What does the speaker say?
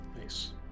Nice